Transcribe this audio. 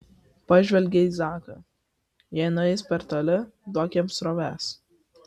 pažvelgė į zaką jei nueis per toli duok jam srovės